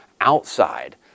outside